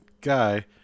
guy